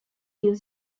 give